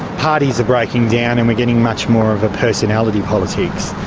parties are breaking down and we're getting much more of a personality politics.